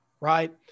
right